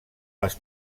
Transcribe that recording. les